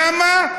למה?